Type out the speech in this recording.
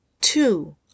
two